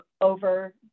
over